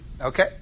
Okay